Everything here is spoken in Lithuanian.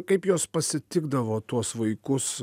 kaip jos pasitikdavo tuos vaikus